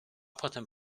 potem